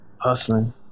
hustling